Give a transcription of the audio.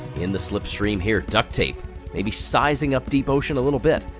in the slipstream here ducktape maybe sizing up deep ocean a little bit.